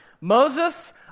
Moses